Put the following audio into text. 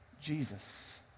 Jesus